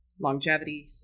longevity